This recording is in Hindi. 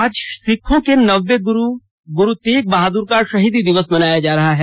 आज सिखों के नौवें गुरु गुरु तेग बहादुर का शहीदी दिवस मनाया जा रहा है